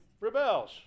Rebels